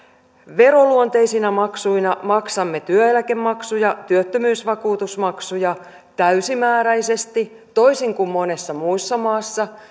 veroluonteisina maksuina maksamme työeläkemaksuja työttömyysvakuutusmaksuja täysimääräisesti toisin kuin monessa muussa maassa